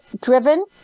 driven